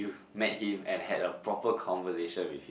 met him and had a proper conversation with